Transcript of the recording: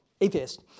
atheist